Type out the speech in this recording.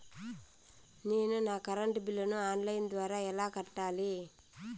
నేను నా కరెంటు బిల్లును ఆన్ లైను ద్వారా ఎలా కట్టాలి?